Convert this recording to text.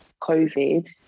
COVID